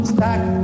Stack